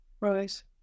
Right